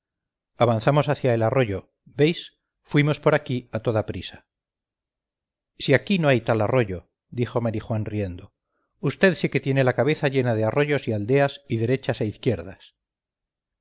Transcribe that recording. avanzamos hacia el arroyo veis fuimos por aquí a toda prisa si aquí no hay tal arroyo dijo marijuán riendo vd sí que tiene la cabeza llena de arroyos y aldeas y derechas e izquierdas